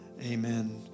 Amen